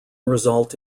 result